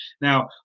now